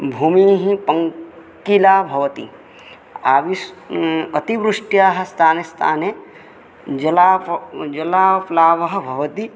भूमिः पङ्किला भवति आवि अतिवृष्ट्याः स्थाने स्थाने जलाप् जलाप्लावः भवति